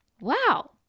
wow